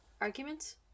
Arguments